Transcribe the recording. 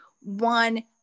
one